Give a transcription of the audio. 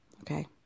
okay